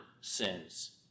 sins